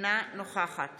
אינה נוכחת